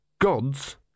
gods